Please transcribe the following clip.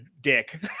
dick